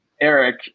Eric